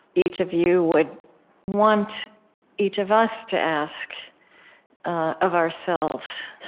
each of you would want each of us to ask ah of ourselves